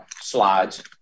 slides